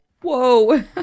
Whoa